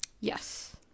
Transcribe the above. yes